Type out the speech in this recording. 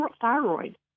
Thyroid